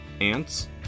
ants